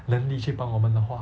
能力去帮我们的话